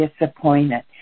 disappointed